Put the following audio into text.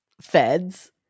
feds